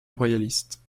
royaliste